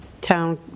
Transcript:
town